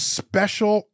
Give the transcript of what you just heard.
special